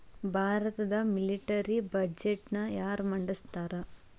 ಭಾರತದ ಮಿಲಿಟರಿ ಬಜೆಟ್ನ ಯಾರ ಮಂಡಿಸ್ತಾರಾ